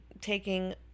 taking